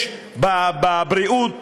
יש בבריאות,